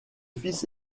fils